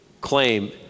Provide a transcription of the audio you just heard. claim